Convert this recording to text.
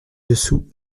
dessous